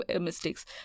mistakes